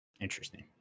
Interesting